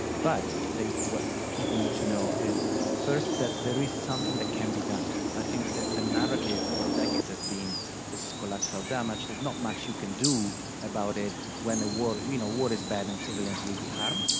but what people need to know is first that there is something that can be done. i think that the narrative for decades has been this is collateral damage. there's not much you can do about it when the war, you know war is bad, and civilians will be harmed.